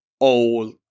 old